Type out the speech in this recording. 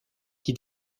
qui